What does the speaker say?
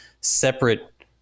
separate